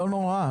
לא נורא.